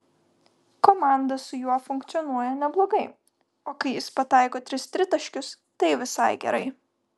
komanda su juo funkcionuoja neblogai o kai jis pataiko tris tritaškius tai visai gerai